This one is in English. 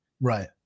right